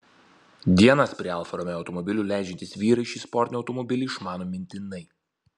dienas prie alfa romeo automobilių leidžiantys vyrai šį sportinį automobilį išmano mintinai